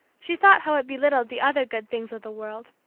she thought how it belittled the other good things of the world.